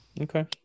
Okay